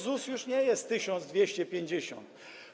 ZUS to już nie jest 1250.